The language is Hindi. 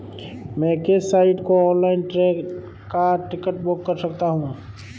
मैं किस साइट से ऑनलाइन ट्रेन का टिकट बुक कर सकता हूँ?